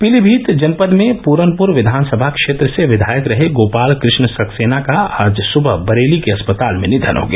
पीलीमीत जनपद में पूरनपुर विधानसभा क्षेत्र से विधायक रहे गोपाल कृष्ण सक्सेना का आज सुबह बरेली के अस्पताल में निधन हो गया